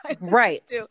right